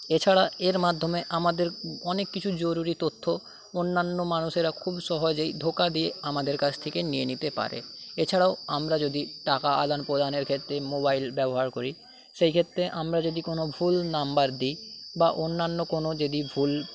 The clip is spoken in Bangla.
এছাড়া এর মাধ্যমে আমাদের অনেক কিছু জরুরি তথ্য অন্যান্য মানুষেরা খুব সহজেই ধোকা দিয়ে আমাদের কাছ থেকে নিয়ে নিতে পারে এছাড়াও আমরা যদি টাকা আদানপ্রদানের ক্ষেত্রে মোবাইল ব্যবহার করি সেইক্ষেত্রে আমরা যদি কোনো ভুল নাম্বার দিই বা অন্যান্য কোনো যদি ভুল